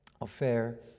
affair